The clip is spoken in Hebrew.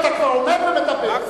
אתה כבר עומד ומדבר,